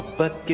but